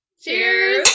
Cheers